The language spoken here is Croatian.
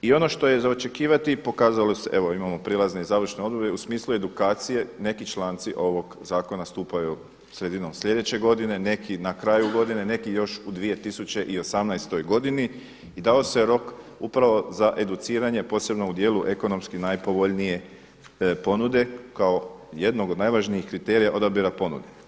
I ono što je za očekivati, evo imamo prijelazne i završne odredbe u smislu edukacije neki članci ovog zakona stupaju sredinom sljedeće godine, neki na kraju godine, neki još u 2018. godini i dao se rok upravo za educiranje posebno u dijelu ekonomski najpovoljnije ponude kao jednog od najvažnijeg kriterija odabira ponude.